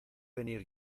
venir